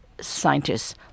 scientists